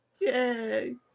yay